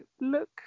look